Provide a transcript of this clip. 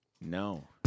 No